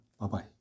Bye-bye